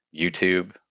youtube